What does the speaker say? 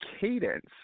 cadence